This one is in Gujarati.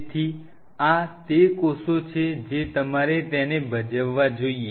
તેથી આ તે કોષો છે જે તમારે તેને ભજ વ વા જોઈએ